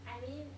I mean